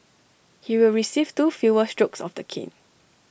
he will receive two fewer strokes of the cane